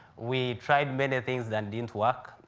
we tried many things that didn't work.